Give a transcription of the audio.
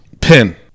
Pin